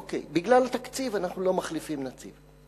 אוקיי, בגלל התקציב אנחנו לא מחליפים נציב.